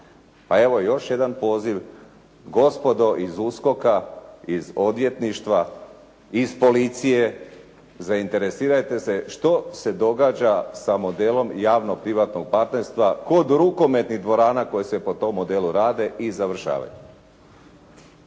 Pa evo, još jedan poziv, gospodo iz USKOK-a, iz odvjetništva, iz policije zainteresirajte se što se događa sa modelom javno-privatnog partnerstva kod rukometnih dvorana koje se po tom modelu rade i završavaju.